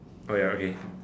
oh ya okay